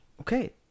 Okay